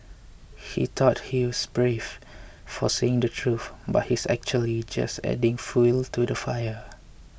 he thought he's brave for saying the truth but he's actually just adding fuel to the fire